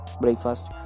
Breakfast